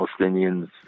Palestinians